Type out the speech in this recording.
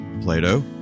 Plato